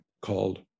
called